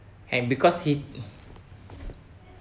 and because he'd